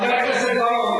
חבר הכנסת בר-און,